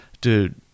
dude